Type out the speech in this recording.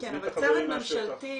נזמין את החברים מהשטח.